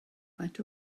faint